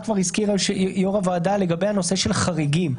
כבר הזכיר יושב ראש הוועדה לגבי הנושא של חריגים.